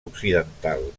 occidental